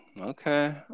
Okay